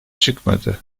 çıkmadı